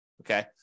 okay